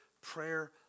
prayer